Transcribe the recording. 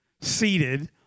seated